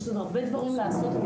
יש לנו הרבה דברים לעשות,